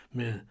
med